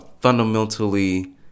fundamentally